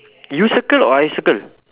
you circle or I circle